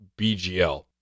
BGL